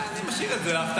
אני משאיר את זה להפתעה.